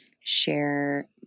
share